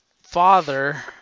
father